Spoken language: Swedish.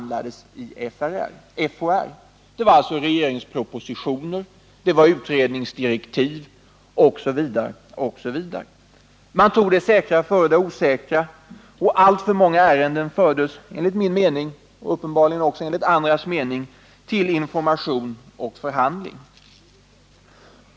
Det gällde propositioner, utredningsdirektiv m.m. Man tog det säkra för det osäkra, och alltför många ärenden fördes, enligt min och uppenbarligen också enligt andras mening, till information och förhandling.